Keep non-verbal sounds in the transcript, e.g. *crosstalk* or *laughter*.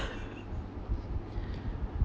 *laughs*